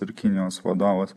ir kinijos vadovas